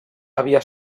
havia